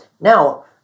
Now